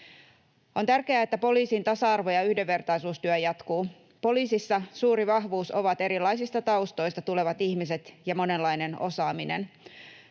On tärkeää, että poliisin tasa-arvo- ja yhdenvertaisuustyö jatkuu. Poliisissa suuri vahvuus ovat erilaisista taustoista tulevat ihmiset ja monenlainen osaaminen.